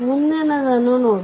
ಮುಂದಿನದನ್ನು ನೋಡುವ